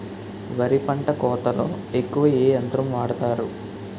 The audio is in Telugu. వరి పంట కోతలొ ఎక్కువ ఏ యంత్రం వాడతారు?